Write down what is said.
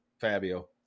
Fabio